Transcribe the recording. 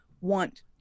want